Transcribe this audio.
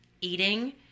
eating